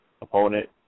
opponent